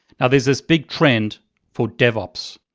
now there's this big trend for devops.